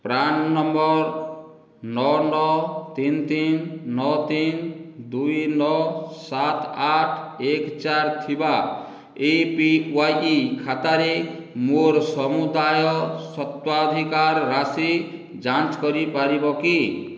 PRAN number ନଅ ନଅ ତିନ ତିନ ନଅ ତିନ ଦୁଇ ନଅ ସାତ ଆଠ ଏକ ଚାର ଥିବା ଏ ପି ୱାଇ ଖାତାରେ ମୋର ସମୁଦାୟ ସ୍ୱତ୍ୱାଧିକାର ରାସି ଯାଞ୍ଚ କରିପାରିବ କି